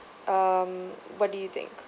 um what do you think